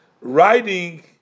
writing